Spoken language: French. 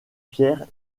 pierre